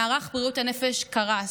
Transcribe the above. מערך בריאות הנפש קרס,